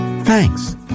Thanks